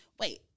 wait